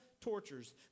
tortures